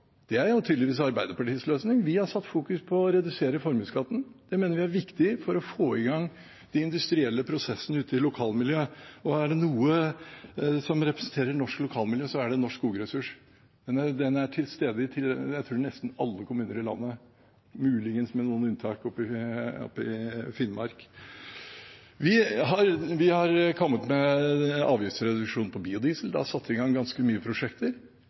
Det er tydeligvis Arbeiderpartiets løsning. Vi har satt fokus på å redusere formuesskatten. Det mener vi er viktig for å få i gang de industrielle prosessene ute i lokalmiljø, og er det noe som representerer norsk lokalmiljø, er det norsk skogressurs. Den tror jeg er til stede i nesten alle kommuner i landet, muligens med noen unntak i Finnmark. Vi har kommet med avgiftsreduksjon på biodiesel. Det er satt i gang ganske mange prosjekter,